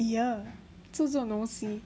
!eeyer! 这种东西